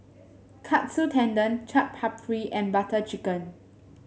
Katsu Tendon Chaat Papri and Butter Chicken